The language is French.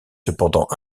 cependant